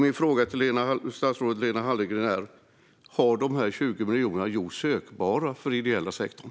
Min fråga till statsrådet Lena Hallengren är: Har de 20 miljonerna gjorts sökbara för den ideella sektorn?